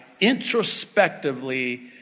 introspectively